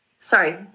sorry